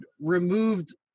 removed